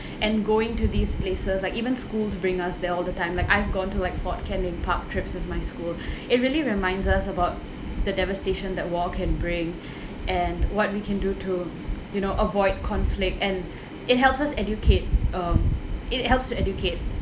and going to these places like even school to bring us there all the time like I've gone to like fort canning park trips of my school it really reminds us about the devastation that war can bring and what we can do to you know avoid conflict and it helps us educate um it helps to educate